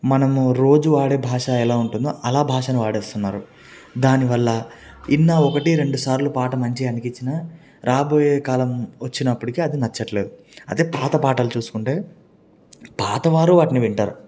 మనము రోజూ వాడే భాష ఎలా ఉంటుందో అలా భాషను వాడేస్తున్నారు దాని వల్ల విన్నా ఒకటి రెండుసార్లు పాట మంచిగా అనిపిచ్చినా రాబోయే కాలం వచ్చినప్పటికీ అది నచ్చట్లేదు అదే పాత పాటలు చూసుకుంటే పాతవారు వాటిని వింటారు